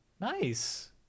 Nice